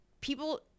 people